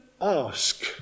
ask